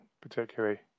particularly